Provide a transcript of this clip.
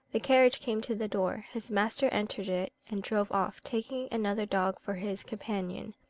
the carriage came to the door, his master entered it, and drove off, taking another dog for his companion.